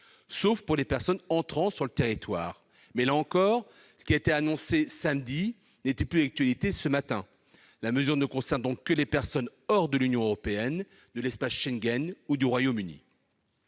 sauf pour les personnes entrant sur le territoire. Là encore, ce qui a été annoncé samedi dernier n'était déjà plus d'actualité ce matin. La mesure ne concerne donc que les personnes provenant de l'extérieur de l'Union européenne, de l'espace Schengen et du Royaume-Uni.